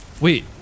Wait